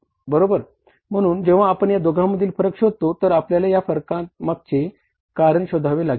बरोबर म्हणून जेव्हा आपण या दोघांमधील फरक शोधतो तर आपल्याला या फरकां मागचे कारण शोधावे लागेल